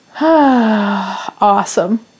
Awesome